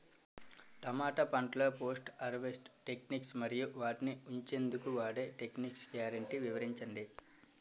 టమాటా పంటలో post harvest techniques మరియు వాటిని ఉంచెందుకు వాడే టెక్నిక్స్ గ్యారంటీ వివరించండి?